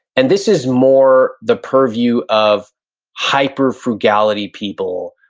and this is more the purview of hyper-frugality people,